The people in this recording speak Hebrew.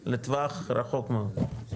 לטווח רחוק מאוד.